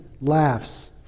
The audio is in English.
laughs